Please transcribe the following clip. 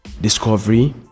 discovery